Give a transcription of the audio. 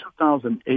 2008